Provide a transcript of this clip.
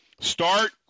start